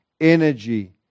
energy